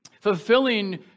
fulfilling